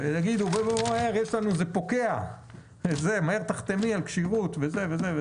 ויאמרו שזה פוקע ושתחתום מהר על כשירות.